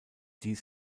dies